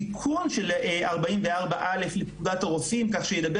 תיקון של 44.א לפקודת הרופאים כך שידבר